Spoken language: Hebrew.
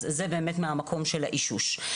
אז זה באמת מהמקום של האישוש.